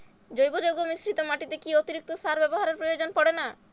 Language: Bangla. জৈব যৌগ মিশ্রিত মাটিতে কি অতিরিক্ত সার ব্যবহারের প্রয়োজন পড়ে না?